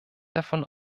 davon